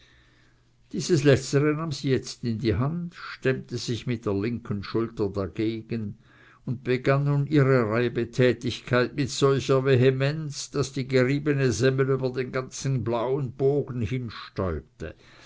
dies letztere nahm sie jetzt in die hand stemmte sich mit der linken schulter dagegen und begann nun ihre reibetätigkeit mit solcher vehemenz daß die geriebene semmel über den ganzen blauen bogen